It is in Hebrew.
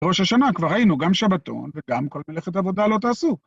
ראש השנה, כבר ראינו, גם שבתון וגם כל מלאכת עבודה לא תעשו.